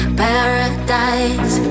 paradise